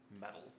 metal